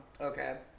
Okay